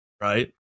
right